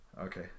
okay